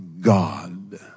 God